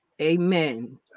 amen